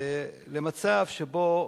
למצב שבו,